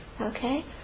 Okay